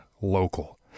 local